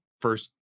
first